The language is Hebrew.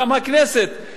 גם הכנסת,